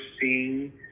seeing